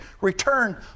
return